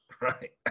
right